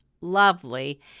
lovely